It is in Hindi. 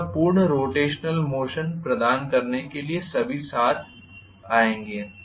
अंततः पूर्ण रोटेशनल मोशन प्रदान करने के लिए सभी साथ आएँगे